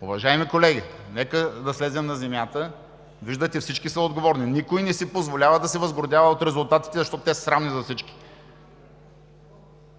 Уважаеми колеги, нека да слезем на земята. Виждате, всички са отговорни, никой не си позволява да се възгордява от резултатите, защото те са срамни за всички.